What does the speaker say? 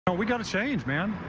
but we got to change, man,